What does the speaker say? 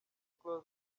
close